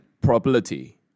probability